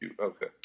Okay